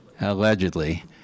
allegedly